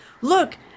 look